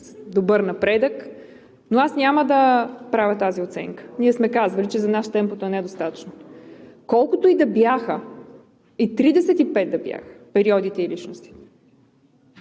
добър напредък, но аз няма да правя тази оценка. Ние сме казвали, че за нас темпото е недостатъчно. Колкото и да бяха, и 35 да бяха периодите и личностите,